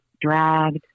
dragged